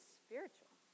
spiritual